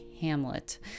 Hamlet